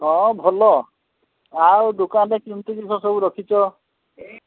ହଁ ଭଲ ଆଉ ଦୋକାନରେ କେମତି ଜିନିଷ ସବୁ ରଖିଛ